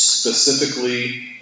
specifically